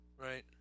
Right